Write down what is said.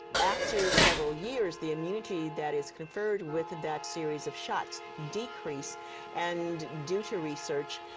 after several years the immunity that is conferred with that series of shots decrease and due to research